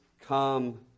come